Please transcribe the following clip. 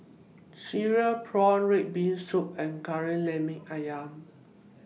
Cereal Prawns Red Bean Soup and Kari Lemak Ayam